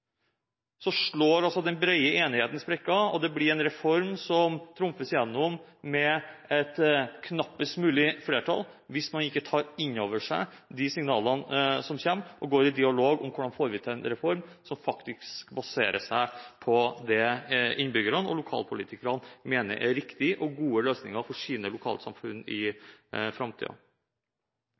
slår altså den brede enigheten sprekker. Det blir en reform som trumfes gjennom med et knappest mulig flertall, hvis man ikke tar innover seg de signalene som kommer, og går i dialog om hvordan vi kan få til en reform som faktisk baserer seg på det innbyggerne og lokalpolitikerne mener er riktige og gode løsninger for sine lokalsamfunn i